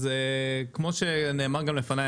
אז כמו שנאמר גם לפני,